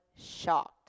shocked